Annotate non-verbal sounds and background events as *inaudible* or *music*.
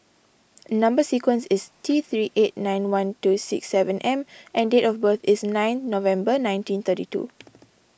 Number Sequence is T three eight nine one two six seven M and date of birth is ninth November nineteen thirty two *noise*